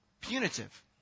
Punitive